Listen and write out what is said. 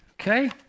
okay